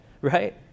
right